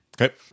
Okay